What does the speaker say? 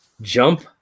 jump